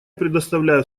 предоставляю